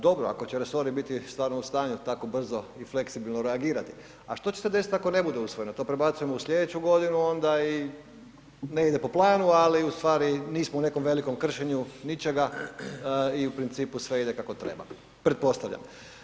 Dobro ako će resori biti stvarno u stanju tako brzo i fleksibilno reagirati, a što će se desit ako ne bude usvojeno, to prebacujemo u slijedeću godinu, onda i ne ide po planu, ali u stvari nismo u nekom velikom kršenju ničega i u principu sve ide kako treba, pretpostavljam.